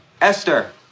Esther